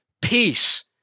Peace